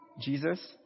Jesus